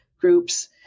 groups